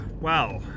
Wow